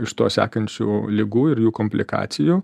iš to sekančių ligų ir jų komplikacijų